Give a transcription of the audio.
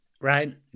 right